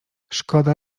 szkoda